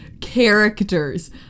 characters